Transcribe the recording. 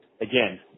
again